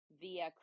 via